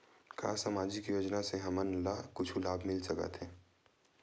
का सामाजिक योजना से हमन ला कुछु लाभ मिल सकत हे?